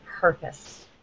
purpose